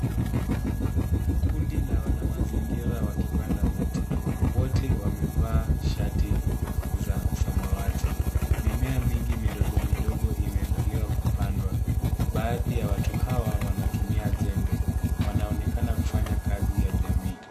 Kundi la wanamazingira wakipanda miti. Wote wamevaa shati za samawati. Mimea mingi midogo midogo imeandaliwa kupandwa. Baadhi ya watu hawa wanatumia jembe. Wanaonekana kufanya kazi ya jamii.